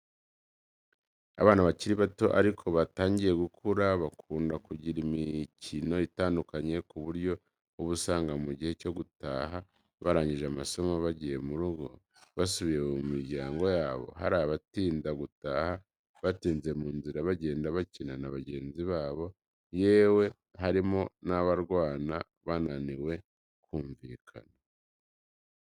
Abana bakiri bato ariko batangiye gukura, bakunda kugira imikino itandukanye ku buryo uba usanga mu gihe cyo gutaha barangije amasomo bagiye mu rugo basubiye mu miryango yabo, hari abatinda gutaha batinze mu nzira bagenda bakina na bagenzi babo yewe harimo n'abarwana bananiwe kumvikana.